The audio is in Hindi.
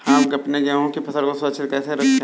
हम अपने गेहूँ की फसल को सुरक्षित कैसे रखें?